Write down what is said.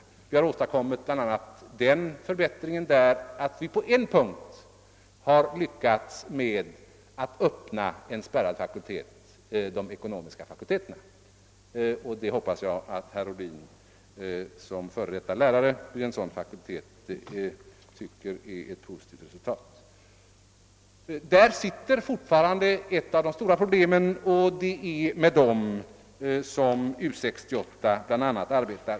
Vi har där bl.a. åstadkommit den förbättringen att vi lyckats öppna en spärrad fakultet — den ekonomiska fakulteten. Det hoppas jag att herr Ohlin som före detta lärare vid en sådan fakultet tycker är ett positivt resultat. Här har vi fortfarande ett av de stora problem som bl.a. U 68 arbetar med.